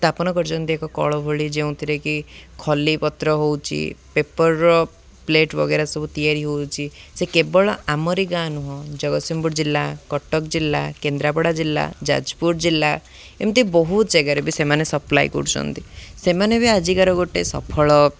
ସ୍ଥାପନ କରିୁଛନ୍ତି ଏକ କଳ ଭଳି ଯେଉଁଥିରେକି ଖଲି ପତ୍ର ହେଉଛି ପେପରର ପ୍ଲେଟ୍ ବଗେରା ସବୁ ତିଆରି ହେଉଛି ସେ କେବଳ ଆମରି ଗାଁ ନୁହଁ ଜଗତସିଂହପୁର ଜିଲ୍ଲା କଟକ ଜିଲ୍ଲା କେନ୍ଦ୍ରାପଡ଼ା ଜିଲ୍ଲା ଯାଜପୁର ଜିଲ୍ଲା ଏମିତି ବହୁତ ଜାଗାରେ ବି ସେମାନେ ସପ୍ଲାଏ କରୁଛନ୍ତି ସେମାନେ ବି ଆଜିକାର ଗୋଟେ ସଫଳ